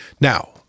now